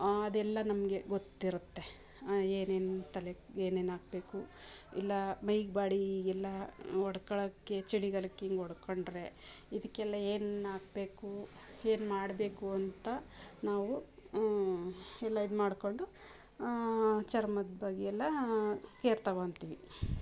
ಅದೆಲ್ಲ ನಮಗೆ ಗೊತ್ತಿರುತ್ತೆ ಏನೇನು ತಲೆಗೆ ಏನೇನು ಹಾಕ್ಬೇಕು ಇಲ್ಲ ಮೈಗೆ ಬಾಡಿಗೆಲ್ಲ ಒಡ್ಕೊಳ್ಳೊಕ್ಕೆ ಚಳಿಗಾಲಕ್ಕೆ ಹಿಂಗ್ ಒಡ್ಕೊಂಡರೆ ಇದಕ್ಕೆಲ್ಲ ಏನು ಹಾಕ್ಬೇಕು ಏನು ಮಾಡಬೇಕು ಅಂತ ನಾವು ಎಲ್ಲ ಇದುಮಾಡ್ಕೊಂಡು ಚರ್ಮದ ಬಗ್ಗೆ ಎಲ್ಲ ಕೇರ್ ತೊಗೊತಿವಿ